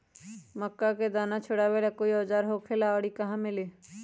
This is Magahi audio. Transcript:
मक्का के दाना छोराबेला कोई औजार होखेला का और इ कहा मिली?